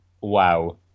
wow